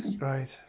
right